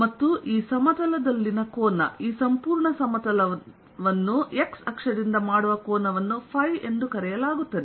ಮತ್ತು ಈ ಸಮತಲದಲ್ಲಿನ ಕೋನ ಈ ಸಂಪೂರ್ಣ ಸಮತಲವನ್ನು x ಅಕ್ಷದಿಂದ ಮಾಡುವ ಕೋನವನ್ನು ಫೈ ಎಂದು ಕರೆಯಲಾಗುತ್ತದೆ